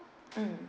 mm